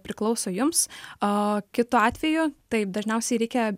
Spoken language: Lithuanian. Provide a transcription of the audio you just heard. priklauso jums o kitu atveju taip dažniausiai reikia